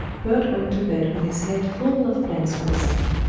bert went to bed with his head full of plans for the summer.